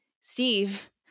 Steve